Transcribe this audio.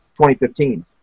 2015